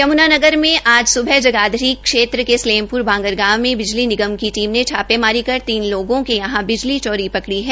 यम्नानगर में आज स्बह जगाधरी क्षेत्र के सलेमपरु बांगर गांव में बिजली निगम की टीम ने छापेमारी कर तीन लोगों के यहां बिजली चोरी पकड़ी है